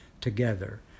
together